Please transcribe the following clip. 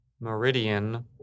meridian